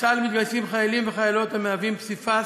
לצה"ל מתגייסים חיילים וחיילות שהם פסיפס